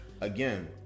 again